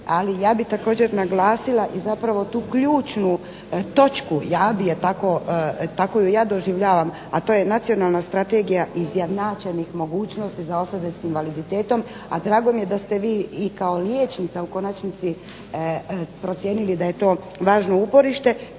Ali, ja bih također naglasila i zapravo tu ključnu točku, ja bih je tako, tako ju ja doživljavam, a to je Nacionalna strategija izjednačenih mogućnosti za osobe s invaliditetom. A drago mi je da ste vi i kao liječnica u konačnici procijenili da je to važno uporište